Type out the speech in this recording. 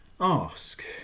ask